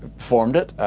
formed it.